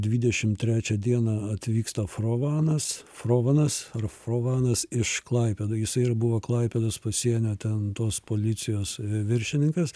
dvidešimt trečią dieną atvyksta frovanas frovanas ar frovanas iš klaipėdoj jisai buvo klaipėdos pasienio ten tos policijos vi viršininkas